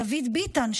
דוד ביטן,